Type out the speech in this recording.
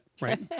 right